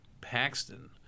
Paxton